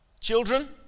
Children